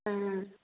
ꯎꯝ